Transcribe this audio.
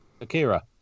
Akira